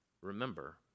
Remember